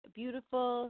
beautiful